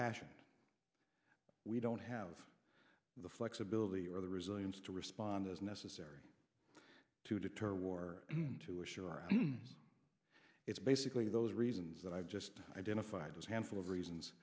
fashion we don't have the flexibility or the resilience to respond as necessary to deter war to assure us it's basically those reasons that i've just identified as handful of reasons